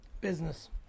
Business